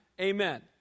amen